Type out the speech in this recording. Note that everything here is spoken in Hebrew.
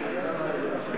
בלי להעליב אף שוטר,